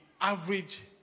average